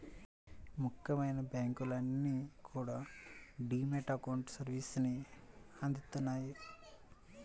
ముఖ్యమైన బ్యాంకులన్నీ కూడా డీ మ్యాట్ అకౌంట్ సర్వీసుని అందిత్తన్నాయి